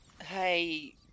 Hey